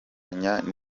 gufatanya